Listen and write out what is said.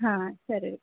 ಹಾಂ ಸರಿ ರೀ